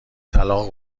طلاق